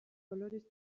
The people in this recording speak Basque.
kolorez